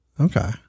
Okay